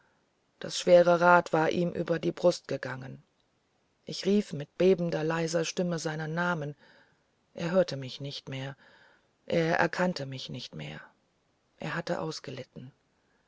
das schwere rad war ihm über die brust gegangen ich rief mit bebender leiser stimme seinen namen er hörte mich nicht mehr er erkannte mich nicht mehr er hatte